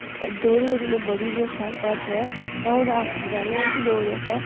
ते डोगरी जेह्ड़ी ऐ बड़ी गै शैल भाशा ऐ आं'ऊ ते आखना चाह्न्नी आं के डोगरी असें